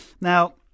Now